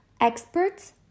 Experts